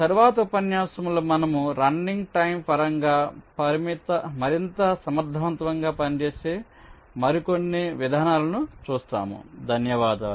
తరువాతి ఉపన్యాసంలో మనము రన్నింగ్ టైం పరంగా మరింత సమర్థవంతంగా పనిచేసే కొన్ని ఇతర విధానాలను చూస్తాము